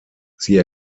sie